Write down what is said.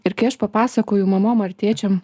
ir kai aš papasakoju mamom ar tėčiam